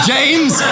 James